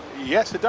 yes,